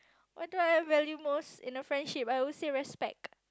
what do I value most in a friendship I would say respect